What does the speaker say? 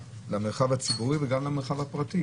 למרחב הציבורי וגם למרחב הפרטי.